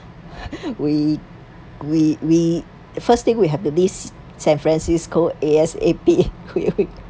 we we we the first thing we have to leave san francisco A_S_A_P quick quick